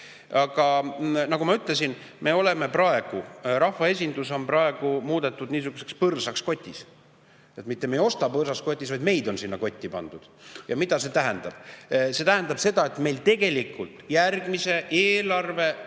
Nagu ma ütlesin, me, rahvaesindus, oleme praegu muudetud niisuguseks põrsaks kotis. Me ei osta põrsast kotis, vaid meid on sinna kotti pandud. Ja mida see tähendab? See tähendab seda, et meil tegelikult järgmise eelarvestrateegia